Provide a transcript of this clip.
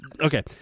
Okay